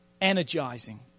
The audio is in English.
energizing